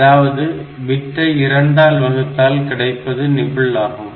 அதாவது பிட்டை இரண்டால் வகுத்தால் கிடைப்பது நிபிள் ஆகும்